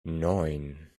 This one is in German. neun